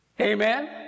Amen